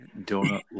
donut